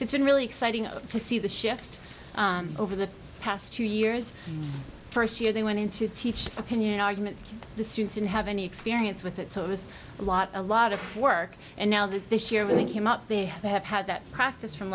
it's been really exciting to see the shift over the past two years first year they went into teach opinion argument the students didn't have any experience with it so it was a lot a lot of work and now that this year when they came up they have had that practice from